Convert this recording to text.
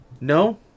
No